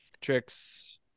tricks